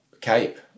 cape